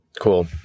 cool